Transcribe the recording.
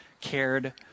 cared